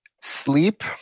Sleep